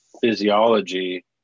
physiology